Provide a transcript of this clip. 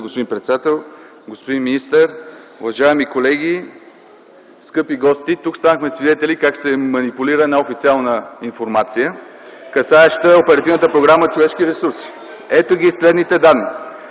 господин председател. Господин министър, уважаеми колеги, скъпи гости! Тук станахме свидетели как се манипулира една официална информация, касаеща Оперативна програма „Човешки ресурси”. Ето ги следните данни: